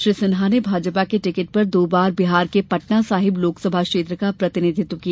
श्री सिन्हा ने भाजपा के टिकट पर दो बार बिहार के पटना साहिब लोकसभा क्षेत्र का प्रतिनिधित्व किया